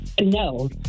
No